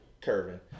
Curving